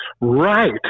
Right